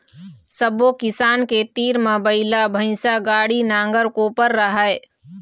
सब्बो किसान के तीर म बइला, भइसा, गाड़ी, नांगर, कोपर राहय